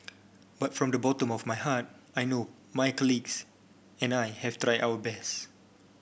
but from the bottom of my heart I know my colleagues and I have tried our best